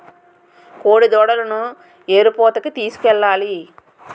కోడిదూడలను ఎరుపూతకి తీసుకెళ్లాలి